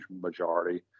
majority